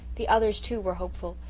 the others, too, were hopeful,